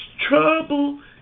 trouble